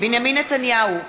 בנימין נתניהו,